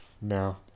no